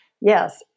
yes